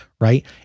right